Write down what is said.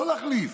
לא להחליף.